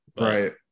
Right